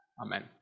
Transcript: Amen